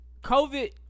COVID